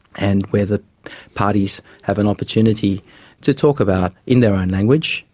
and where the parties have an opportunity to talk about, in their own language,